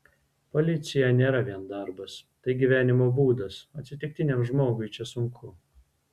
policija nėra vien darbas tai gyvenimo būdas atsitiktiniam žmogui čia sunku